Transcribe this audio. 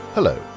Hello